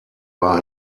war